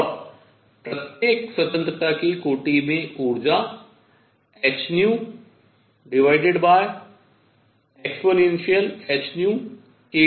और प्रत्येक स्वतंत्रता की कोटि में ऊर्जा hehνkT 1 है